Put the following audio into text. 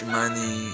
money